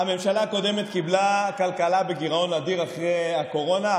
הממשלה הקודמת קיבלה כלכלה בגירעון אדיר אחרי הקורונה,